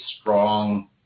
strong